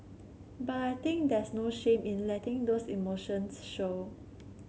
but I think there's no shame in letting those emotions show